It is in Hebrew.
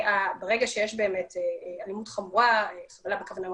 ברגע שיש אלימות חמורה, חבלה בכוונה מחמירה,